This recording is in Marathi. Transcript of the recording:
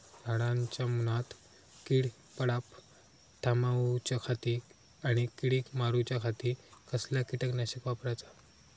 झाडांच्या मूनात कीड पडाप थामाउच्या खाती आणि किडीक मारूच्याखाती कसला किटकनाशक वापराचा?